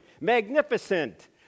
magnificent